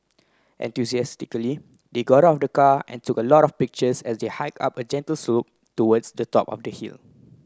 enthusiastically they got out of the car and took a lot of pictures as they hike up a gentle slope towards the top of the hill